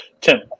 Tim